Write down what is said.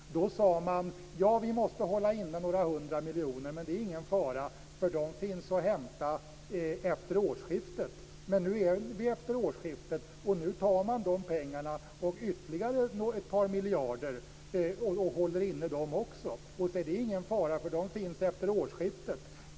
Då sade man att man måste hålla inne med några hundra miljoner, men att det inte var någon fara därför att de skulle finnas att hämta efter årsskiftet. Nu har vi passerat årsskiftet, och nu håller man inne de pengarna och ytterligare ett par miljarder. Man säger att det inte är någon fara, därför att pengarna kommer att finnas efter årsskiftet.